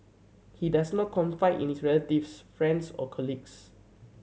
he does not confide in his relatives friends or colleagues